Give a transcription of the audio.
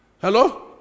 Hello